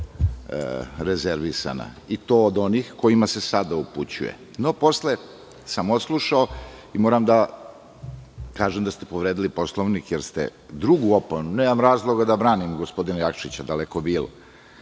rezervisana, i to od onih kojima se sada upućuje. Posle sam odslušao i moram da kažem da ste povredili Poslovnik, jer ste drugu opomenu, a nemam razloga da branim gospodina Jakšića, daleko bilo,